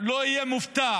אהיה מופתע